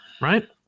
Right